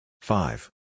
Five